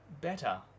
better